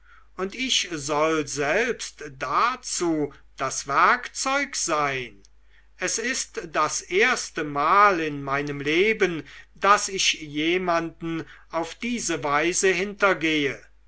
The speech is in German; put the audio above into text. und ich soll selbst dazu das werkzeug sein es ist das erstemal in meinem leben daß ich jemanden auf diese weise hintergehe